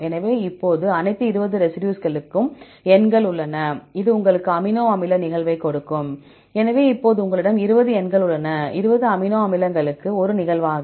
எனவே இப்போது அனைத்து 20 ரெசிடியூஸ்களுக்கும் எண்கள் உள்ளன இது உங்களுக்கு அமினோ அமில நிகழ்வைக் கொடுக்கும் எனவே இப்போது எங்களிடம் 20 எண்கள் உள்ளன 20 அமினோ அமிலங்களுக்கு ஒரு நிகழ்வாக